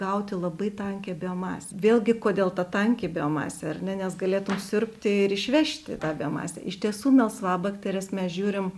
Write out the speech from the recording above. gauti labai tankią biomasę vėlgi kodėl ta tanki biomasė ar ne nes galėtum siurbti ir išvežti tą biomasę iš tiesų melsvabakteres mes žiūrim